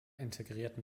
integrierten